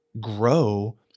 grow